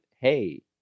hey